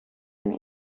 and